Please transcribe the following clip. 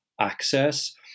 access